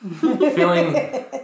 Feeling